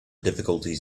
difficulties